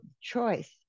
choice